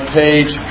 page